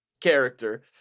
character